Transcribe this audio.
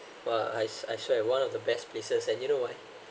but I s~ I swear one of the best places and you know why